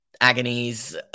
agonies